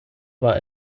war